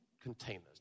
containers